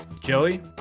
Joey